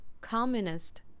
Communist